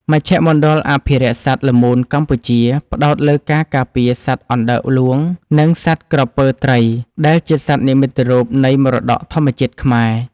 មជ្ឈមណ្ឌលអភិរក្សសត្វល្មូនកម្ពុជា ផ្ដោតលើការការពារសត្វអណ្តើកហ្លួង និងសត្វក្រពើត្រីដែលជាសត្វនិមិត្តរូបនៃមរតកធម្មជាតិខ្មែរ។